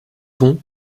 dont